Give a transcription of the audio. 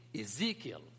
Ezekiel